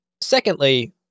secondly